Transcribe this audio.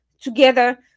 together